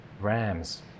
Rams